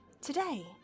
today